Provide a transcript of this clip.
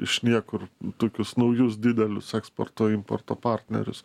iš niekur tokius naujus didelius eksporto importo partnerius